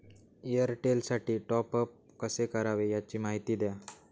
एअरटेलसाठी टॉपअप कसे करावे? याची माहिती द्या